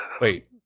Wait